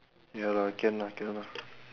ya lah can lah can lah